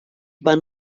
van